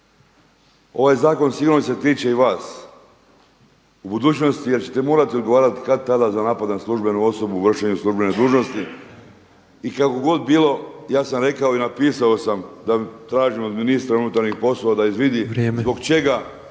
Ovaj zakon sigurno se tiče i vas u budućnosti, jer ćete morati odgovarati kad tada za napad na službenu osobu u vršenju službene dužnosti. I kako god bilo ja sam rekao i napisao sam da tražim od ministra unutarnjih poslova da izvidi …